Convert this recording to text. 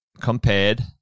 compared